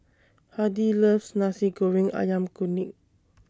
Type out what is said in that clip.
Hardy loves Nasi Goreng Ayam Kunyit